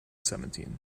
seventeen